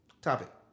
Topic